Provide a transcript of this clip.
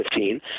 2015